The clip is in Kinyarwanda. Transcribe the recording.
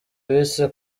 bise